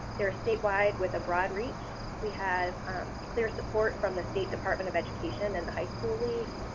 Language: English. they are statewide with a broad reach. we have um clear support from the state department of education and the high school league.